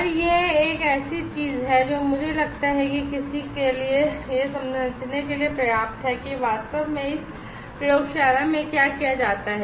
और यह एक ऐसी चीज है जो मुझे लगता है कि किसी के लिए यह समझने के लिए पर्याप्त है कि वास्तव में इस प्रयोगशाला में क्या किया जाता है